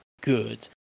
good